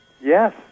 Yes